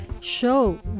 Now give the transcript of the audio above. show